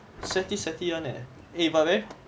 sweaty sweaty one leh ah but then